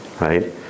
right